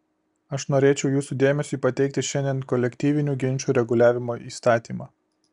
aš norėčiau jūsų dėmesiui pateikti šiandien kolektyvinių ginčų reguliavimo įstatymą